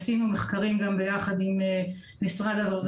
עשינו מחקרים גם יחד עם משרד הרווחה.